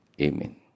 Amen